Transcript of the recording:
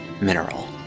mineral